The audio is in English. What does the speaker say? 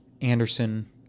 Anderson